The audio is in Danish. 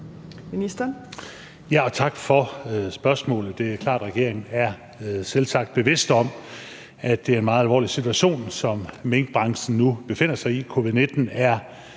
Tak for spørgsmålet. Det er klart, at regeringen selvsagt er bevidst om, at det er en meget alvorlig situation, som minkbranchen nu befinder sig i.